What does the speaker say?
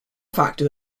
factor